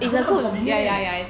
dakota 很 convenient leh